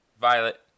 Violet